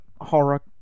horror